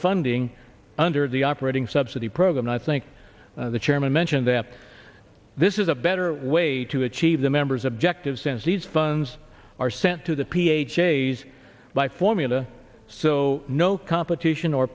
funding under the operating subsidy program and i think the chairman mentioned that this is a better way to achieve the members objective sense these funds are sent to the ph a's by formula so no competition or